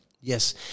Yes